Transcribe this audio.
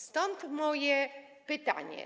Stąd moje pytanie.